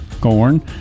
corn